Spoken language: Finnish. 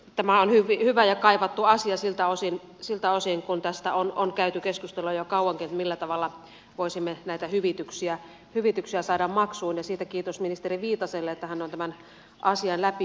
tämä on hyvä ja kaivattu asia siltä osin kuin tästä on käyty keskustelua jo kauankin millä tavalla voisimme näitä hyvityksiä saada maksuun ja siitä kiitos ministeri viitaselle että hän on tämän asian läpi vienyt